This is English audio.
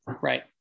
Right